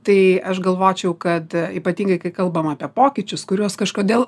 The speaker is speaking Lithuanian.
tai aš galvočiau kad ypatingai kai kalbam apie pokyčius kuriuos kažkodėl